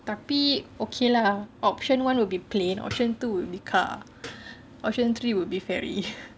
tapi okay lah option one will be plane option two will be car option three will be ferry